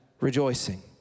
rejoicing